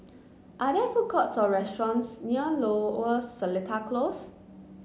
are there food courts or restaurants near Lower or Seletar Close